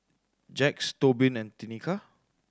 Jax Tobin and Tenika